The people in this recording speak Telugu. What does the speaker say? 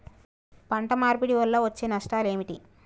పంట మార్పిడి వల్ల వచ్చే నష్టాలు ఏమిటి?